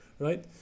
right